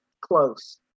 close